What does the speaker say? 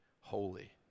holy